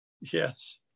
yes